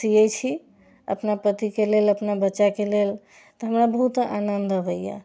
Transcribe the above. सियै छी अपना पतिके लेल अपना बच्चाके लेल तऽ हमरा बहुत आनन्द अबैया